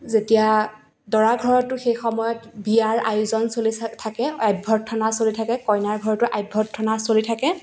যেতিয়া দৰা ঘৰতো সেই সময়ত বিয়াৰ আয়োজন চলি থাকে অভ্যৰ্থনা চলি থাকে কইনাৰ ঘৰতো অভ্যৰ্থনা চলি থাকে